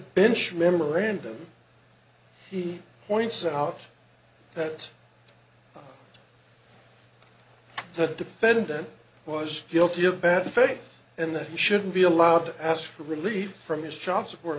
bench memorandum he points out that the defendant was guilty of bad effect and that he shouldn't be allowed to ask for relief from his child support